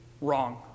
wrong